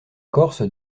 corse